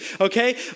Okay